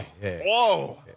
Whoa